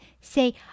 Say